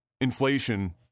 Inflation